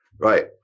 Right